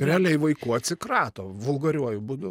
realiai vaiku atsikrato vulgariuoju būdu